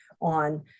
on